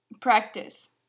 practice